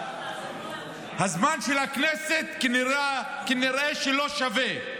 הזמן של הכנסת כנראה לא שווה.